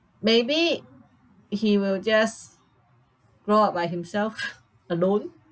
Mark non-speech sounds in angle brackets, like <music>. maybe he will just grow up by himself <laughs> alone